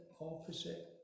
opposite